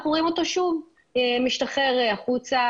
אנחנו רואים אותו שוב משתחרר החוצה,